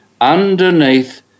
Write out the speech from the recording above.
underneath